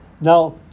Now